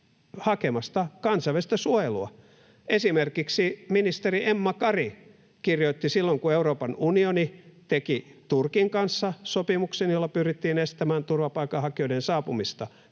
hakemasta kansainvälistä suojelua. Esimerkiksi silloin kun Euroopan unioni teki Turkin kanssa sopimuksen, jolla pyrittiin estämään turvapaikanhakijoiden saapumista